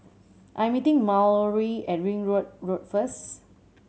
I am meeting Mallory at Ringwood Road first